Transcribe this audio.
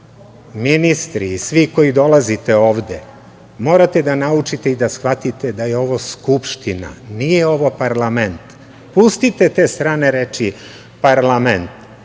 ministri i svi koji dolazite ovde, morate da naučite i da shvatite da je ovo Skupština, nije ovo parlament. Pustite te strane reči – parlament.